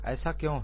ऐसा क्यों है